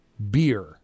beer